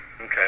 Okay